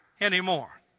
anymore